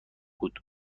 بود